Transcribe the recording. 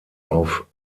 auf